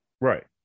Right